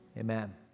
Amen